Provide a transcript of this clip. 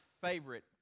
favorite